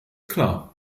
klar